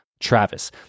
Travis